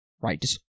right